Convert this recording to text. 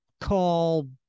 call